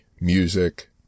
music